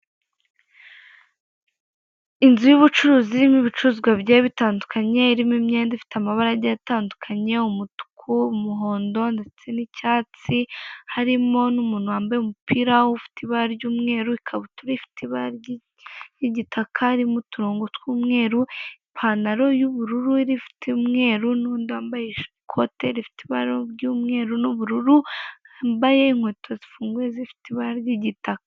Inzu y'ubucuruzi irimo ibicuruzwa bigiye bitandukanye, irimo imyenda ifite amabarage yatandukanye umutuku, umuhondo, ndetse n'icyatsi, harimo n'umuntu wambaye umupira ufite ibara ry'umweru, ikabutura ifite ibara ry'igitaka haririmo uturongo tw'umweru, ipantaro y'ubururu rifite umweru n'undi wambaye ikote rifite ibara ry'umweru n'ubururu, yambaye inkweto zifunguye zifite ibara ry'igitaka.